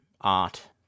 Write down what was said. art